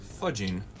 Fudging